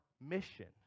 mission